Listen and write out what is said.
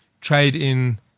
trade-in